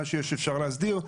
מה שיש אפשר להסדיר.